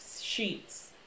sheets